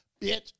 Bitch